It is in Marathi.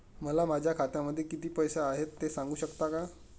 मला माझ्या खात्यामध्ये किती पैसे आहेत ते सांगू शकता का?